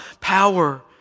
power